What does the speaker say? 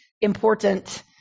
important